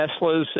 Teslas